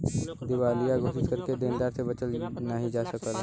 दिवालिया घोषित करके देनदार से बचल नाहीं जा सकला